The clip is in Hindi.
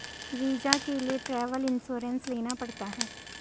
वीजा के लिए ट्रैवल इंश्योरेंस लेना पड़ता है